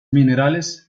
minerales